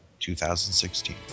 2016